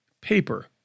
paper